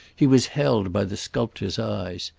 he was held by the sculptor's eyes.